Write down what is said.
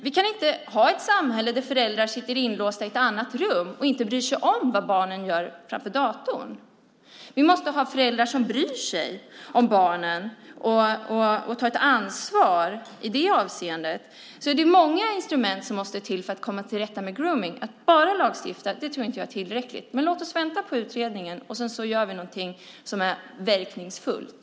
Vi kan inte ha ett samhälle där föräldrar sitter inlåsta i ett annat rum och inte bryr sig som vad barnen gör framför datorn. Vi måste ha föräldrar som bryr sig om barnen och tar ett ansvar i det avseendet. Det är många instrument som måste användas för att komma till rätta med grooming . Att bara lagstifta tror jag inte är tillräckligt. Men låt oss vänta på utredningen, och så gör vi någonting som är verkningsfullt.